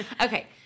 Okay